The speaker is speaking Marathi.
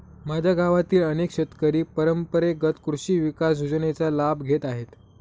माझ्या गावातील अनेक शेतकरी परंपरेगत कृषी विकास योजनेचा लाभ घेत आहेत